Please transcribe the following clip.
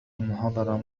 المحاضرة